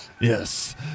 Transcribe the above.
Yes